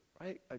right